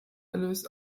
erlös